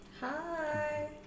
Hi